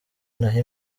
naho